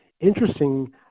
interesting